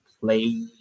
play